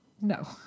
No